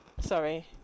sorry